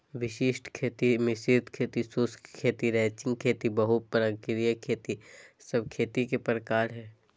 वशिष्ट खेती, मिश्रित खेती, शुष्क खेती, रैचिंग खेती, बहु प्रकारिय खेती सब खेती के प्रकार हय